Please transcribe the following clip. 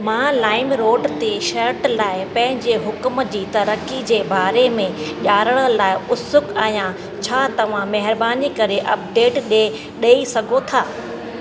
मां लाइमरोड ते शर्ट लाइ पंहिंजे हुकुमु जी तरक़ी जे बारे में ॼाणण लाइ उत्सुक आहियां छा तव्हां महिरबानी करे अपडेट ॾे ॾइ सघो था